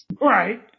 Right